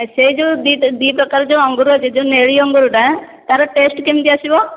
ସେ ଯେଉଁ ଦୁଇ ପ୍ରକାର ଯେଉଁ ଅଙ୍ଗୁର ଅଛି ଯେଉଁ ନେଳି ଅଙ୍ଗୁରଟା ତାର ଟେଷ୍ଟ କେମିତି ଆସିବ